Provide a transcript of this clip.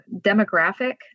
demographic